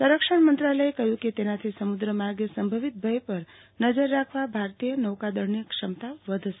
સંરક્ષણ મંત્રાલયે કહ્યું કે તેનાથી સમુદ્ર માર્ગે સંભવિત ભય પર નજર રાખવા ભારતીય નોકાદળની ક્ષમતા વધશે